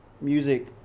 music